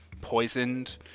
poisoned